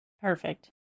Perfect